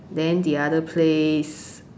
then the other place